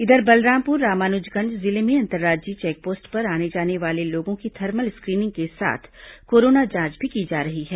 इधर बलरामपुर रामानुजगंज जिले में अंतर्राज्यीय चेकपोस्ट पर आने जाने वाले लोगों की थर्मल स्क्रीनिंग के साथ कोरोना जांच भी की जा रही है